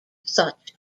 such